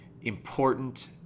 important